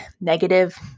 negative